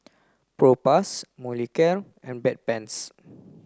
Propass Molicare and Bedpans